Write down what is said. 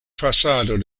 fasado